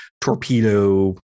torpedo